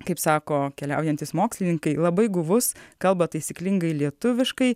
kaip sako keliaujantys mokslininkai labai guvus kalba taisyklingai lietuviškai